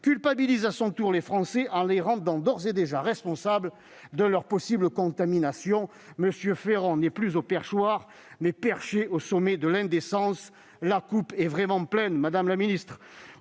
culpabilise à son tour les Français, en les rendant d'ores et déjà responsables de leur possible contamination. M. Ferrand est non plus au perchoir, mais perché au sommet de l'indécence. La coupe est vraiment pleine, madame la ministre